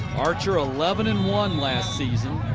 archer eleven and one last season.